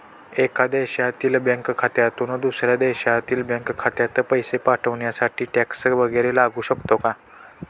एका देशातील बँक खात्यातून दुसऱ्या देशातील बँक खात्यात पैसे पाठवण्यासाठी टॅक्स वैगरे लागू शकतो का?